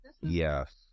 Yes